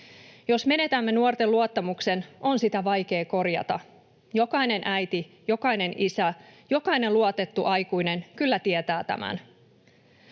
Jos menetämme nuorten luottamuksen, on sitä vaikea korjata. Jokainen äiti, jokainen isä, jokainen luotettu aikuinen kyllä tietää tämän.